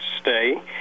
stay